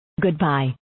Goodbye